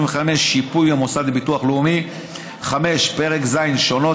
25 (שיפוי המוסד לביטוח לאומי); 5. פרק ז' (שונות),